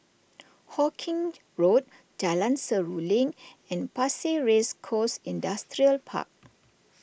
Hawkinge Road Jalan Seruling and Pasir Ris Coast Industrial Park